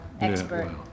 expert